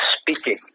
speaking